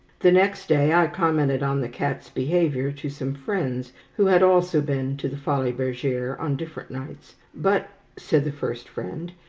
the next day i commented on the cat's behaviour to some friends who had also been to the folies-bergere on different nights. but, said the first friend,